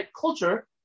culture